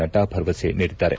ನಡ್ಡಾ ಭರವಸೆ ನೀಡಿದ್ದಾರೆ